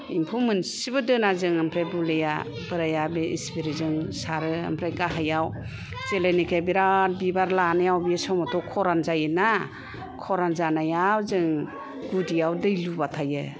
एम्फौ मोनसेबो दोना जों आमफराय बुलिया बोराइया सिप्रेजों सारो आमफ्राय गाहायाव जेलेनाके बिराथ बिबार लानायाव बे समाव थ' खरान जायो ना खरान जानायाव जों गुदियाव दै लुबाय थायो